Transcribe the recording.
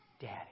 Daddy